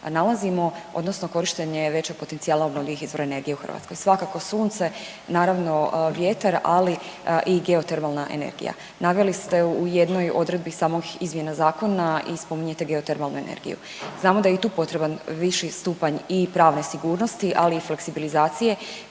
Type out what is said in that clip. nalazimo odnosno korištenje većeg potencijala obnovljivih izvora energije u Hrvatskoj, svakako sunce, naravno vjetar, ali i geotermalna energija. Naveli ste u jednoj odredbi samih izmjena zakona i spominjete geotermalnu energiju, znamo da je i tu potreban i viši stupanj i pravne sigurnosti, ali i fleksibilizacije,